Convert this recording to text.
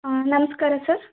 ಹಾಂ ನಮ್ಸ್ಕಾರ ಸರ್